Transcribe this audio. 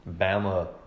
Bama